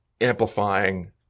amplifying